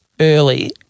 early